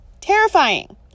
Terrifying